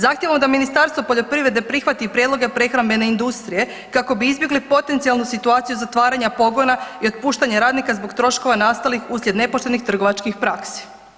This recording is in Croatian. Zahtijevamo da Ministarstvo poljoprivrede prihvati prijedloge prehrambene industrije kako bi izbjegli potencijalnu situaciju zatvaranja pogona i otpuštanja radnika zbog troškova nastalih uslijed nepoštenih trgovačkih praksi.